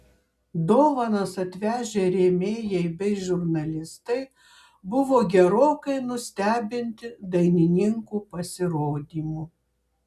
dovanas atvežę rėmėjai bei žurnalistai buvo gerokai nustebinti dainininkų pasirodymu